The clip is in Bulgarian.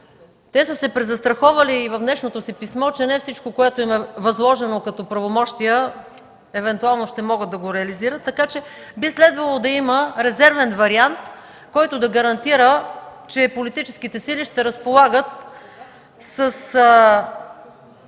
те са се презастраховали в днешното си писмо, че не всичко, което им е възложено като правомощия, евентуално ще могат да го реализират. Така че би следвало да има резервен вариант, който да гарантира, че политическите сили ще разполагат с